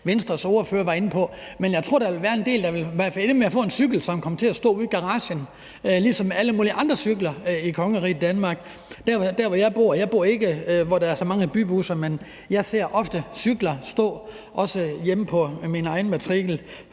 Venstres ordfører var inde på, men jeg tror i hvert fald, der ville være en del, der ville ende med at få en cykel, som kom til at stå ude i garagen, ligesom alle mulige andre cykler i kongeriget Danmark gør det. Der, hvor jeg bor, er der ikke så mange bybusser, men jeg ser ofte cykler stå, også hjemme på min egen matrikel,